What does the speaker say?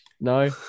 no